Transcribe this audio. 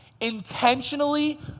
Intentionally